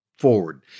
forward